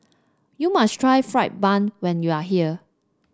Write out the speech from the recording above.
you must try fried bun when you are here